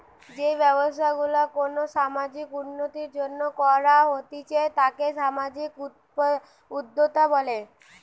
যেই ব্যবসা গুলা কোনো সামাজিক উন্নতির জন্য করা হতিছে তাকে সামাজিক উদ্যোক্তা বলে